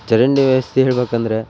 ಚರಂಡಿ ವ್ಯವಸ್ಥೆ ಹೇಳಬೇಕಂದ್ರೆ